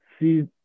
see